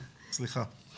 כן.